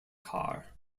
car